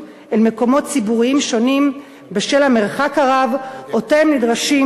אל מקומות ציבוריים שונים בשל המרחק הרב שהם נדרשים